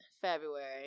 february